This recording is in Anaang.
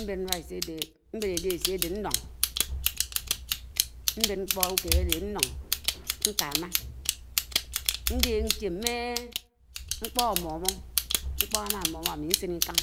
M̱béṉ álés̱i áde ṉloṉ, m̱bén ṉkpo úked áde ṉlon, ṉkámá, ṉlep nché m̱me ṉkpo ámúm̱o̱, ṉkpo ámám̱úm̱o ám̱i ṉsín lkán